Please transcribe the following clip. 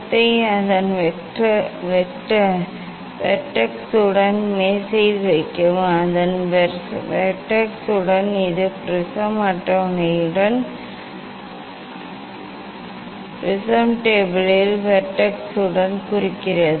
முப்படை கண்ணாடி அதன் வெர்டெக்ஸுடன் மேசையில் வைக்கவும் அதன் வெர்டெக்ஸுடன் இது ப்ரிஸம் அட்டவணையுடன் முப்படை கண்ணாடியின் வெர்டெக்ஸுடன் குறிக்கிறது